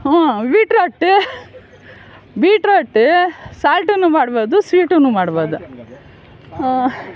ಹಾಂ beetroot beetroot ಸಾಲ್ಟುನು ಮಾಡಬಹುದು ಸ್ವೀಟುನು ಮಾಡಬಹುದು